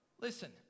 Listen